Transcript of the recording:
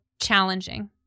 challenging